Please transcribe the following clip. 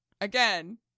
Again